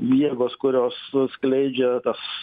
jėgos kurios skleidžia tas